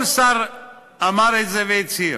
כל שר אמר את זה והצהיר.